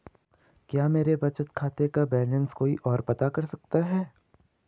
क्या मेरे बचत खाते का बैलेंस कोई ओर पता कर सकता है?